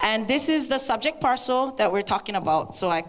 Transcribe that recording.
and this is the subject parcel that we're talking about so